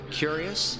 curious